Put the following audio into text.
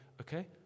okay